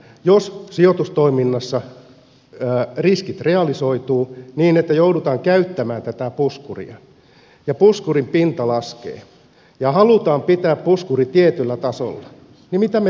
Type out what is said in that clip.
jos sijoitustoiminnassa riskit realisoituvat niin että joudutaan käyttämään tätä puskuria ja puskurin pinta laskee ja halutaan pitää puskuri tietyllä tasolla niin mitä me teemme sitten